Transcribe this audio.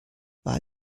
war